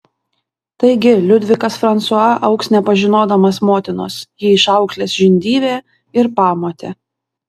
taigi liudvikas fransua augs nepažinodamas motinos jį išauklės žindyvė ir pamotė